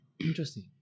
interesting